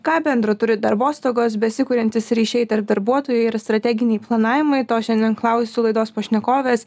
ką bendro turi darbostogos besikuriantys ryšiai tarp darbuotojų ir strateginiai planavimai to šiandien klausiu laidos pašnekovės